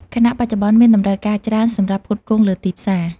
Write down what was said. ខណៈបច្ចុប្បន្នមានតម្រូវការច្រើន សម្រាប់ផ្គត់ផ្គង់លើទីផ្សារ។